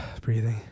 breathing